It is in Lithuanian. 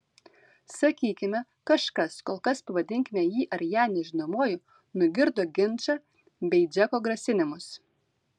sakykime kažkas kol kas pavadinkime jį ar ją nežinomuoju nugirdo ginčą bei džeko grasinimus